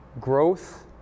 growth